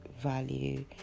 value